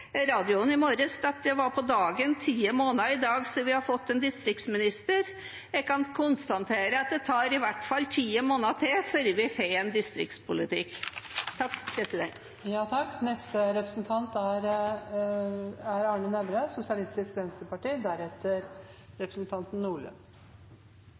dagen ti måneder siden vi fikk en distriktsminister. Jeg kan konstatere at det tar i hvert fall ti måneder til før vi får en distriktspolitikk.